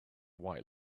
white